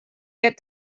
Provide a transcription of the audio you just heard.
yet